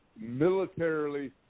militarily